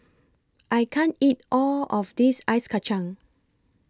I can't eat All of This Ice Kachang